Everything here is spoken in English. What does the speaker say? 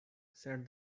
said